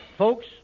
Folks